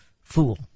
fool